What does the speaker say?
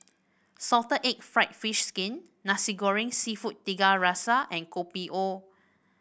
Salted Egg fried fish skin Nasi Goreng seafood Tiga Rasa and Kopi O